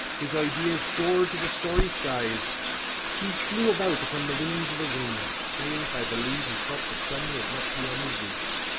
his ideas soared to the starry skies he flew about upon the wings of the wind faith i believe he thought the sun was not beyond his reach.